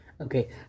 Okay